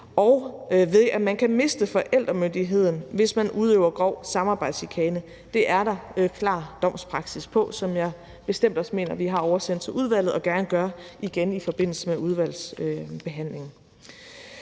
samvær, og man kan miste forældremyndigheden, hvis man udøver grov samarbejdschikane. Det er der klar domspraksis for, og den mener jeg bestemt også vi har oversendt til udvalget, og vi gør det gerne igen i forbindelse med udvalgsbehandlingen.